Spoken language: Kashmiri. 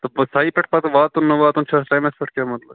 تہٕ ساے پٮ۪ٹھ پَتہٕ واتُن نہ واتُن چھِ حظ ٹایِمَس پٮ۪ٹھ کیاہ مطلب چھُ